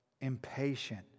impatient